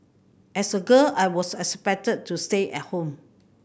as a girl I was expected to stay at home